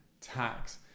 tax